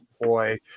deploy